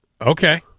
Okay